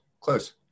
close